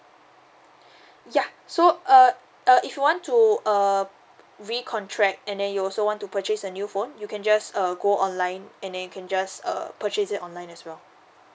ya so uh uh if you want to err recontract and then you also want to purchase a new phone you can just err go online and then you can just uh purchase it online as well